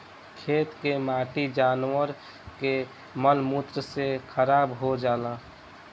खेत के माटी जानवर के मल मूत्र से खराब हो जाला